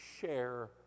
share